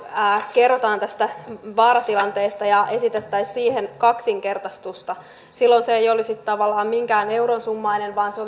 kerrotaan tästä vaaratilanteesta ja esitetään siihen kaksinkertaistusta silloin se ei olisi tavallaan minkään euron summainen vaan se